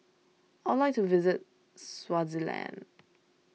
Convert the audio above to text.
I would like to visit Swaziland